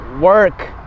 work